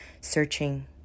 searching